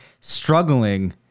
struggling